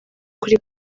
kuri